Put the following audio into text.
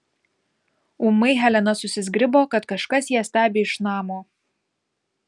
ūmai helena susizgribo kad kažkas ją stebi iš namo